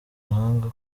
mahanga